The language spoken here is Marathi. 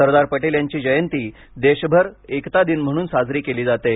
सरदार पटेल यांची जयंती देशभर एकता दिन म्हणून साजरी केली जाते